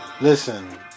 Listen